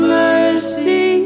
mercy